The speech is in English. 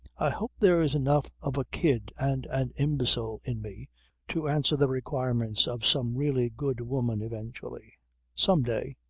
i hope there's enough of a kid and an imbecile in me to answer the requirements of some really good woman eventually some day.